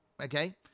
Okay